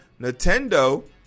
Nintendo